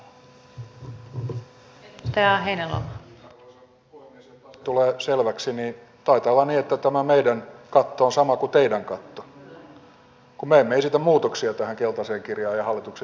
jotta asia tulee selväksi niin taitaa olla niin että tämä meidän katto on sama kuin teidän katto kun me emme esitä muutoksia tähän keltaiseen kirjaan ja hallituksen esitykseen